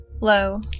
Low